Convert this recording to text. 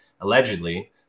allegedly